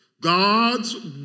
God's